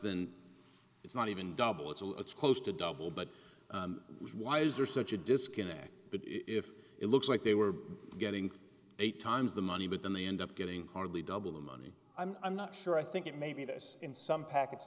than it's not even double it's all it's close to double but why is there such a disconnect but if it looks like they were getting eight times the money but then they end up getting hardly double the money i'm not sure i think it may be this in some packets